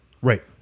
Right